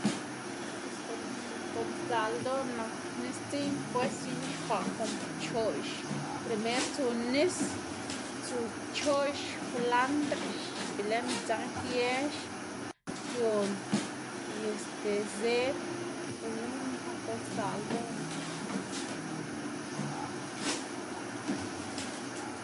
Ah pues guꞌn guꞌn sdzaꞌl ldoꞌná nak nisdziꞌng pues ix̱uxkwaꞌ kon pchoꞌx, primer tsu nis, tsu pchoꞌx, kwlandr, be lë midzanj yëx, ption y este zëd gunu nak guꞌn sdzaꞌl ldoꞌná.